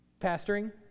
pastoring